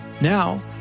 Now